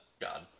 God